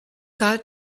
got